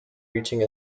reaching